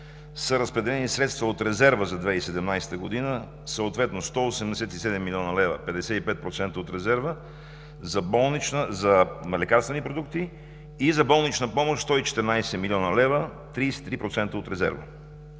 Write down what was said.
са разпределени средства от резерва за 2017 г., съответно 187 млн. лв. – 55% от резерва за лекарствени продукти, и за болнична помощ – 114 млн. лв. – 33% от резерва.